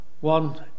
one